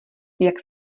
jak